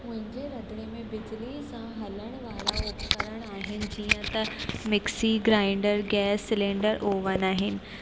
मुंहिंजे रंधिणे में बिजली सां हलणु वारा उपकरण आहिनि जीअं त mixie grinder gas cylinder oven आहिनि